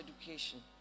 education